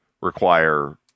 require